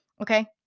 okay